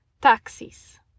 taxis